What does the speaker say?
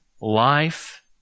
life